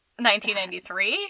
1993